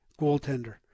goaltender